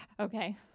Okay